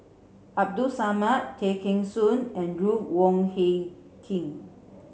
Abdul Samad Tay Kheng Soon and Ruth Wong Hie King